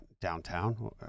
Downtown